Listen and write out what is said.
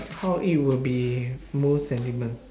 how it will be most sentiment